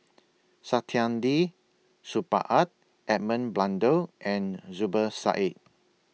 Saktiandi Supaat and Edmund Blundell and Zubir Said